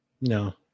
No